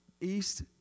east